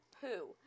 poo